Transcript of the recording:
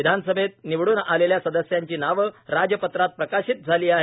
विधानसभेत निवडून आलेल्या सदस्यांची नावे राजपत्रात प्रकाशित झाली आहे